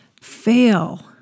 fail